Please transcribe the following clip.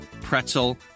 pretzel